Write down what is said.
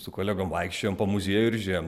su kolegom vaikščiojom po muziejų ir žiūrėjom